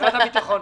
משרד הביטחון,